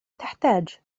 تحتاج